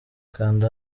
kanda